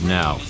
now